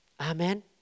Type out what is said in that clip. Amen